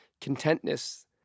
contentness